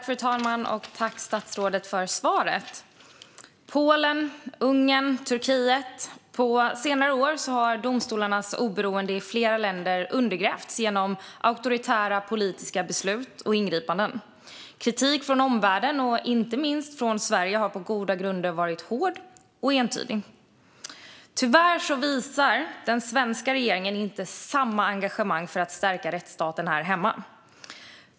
Fru talman! Tack, statsrådet, för svaret! Polen, Ungern och Turkiet - på senare år har domstolarnas oberoende i flera länder undergrävts genom auktoritära politiska beslut och ingripanden. Kritiken från omvärlden, inte minst från Sverige, har på goda grunder varit hård och entydig. Tyvärr visar den svenska regeringen inte samma engagemang för att stärka rättsstaten här hemma.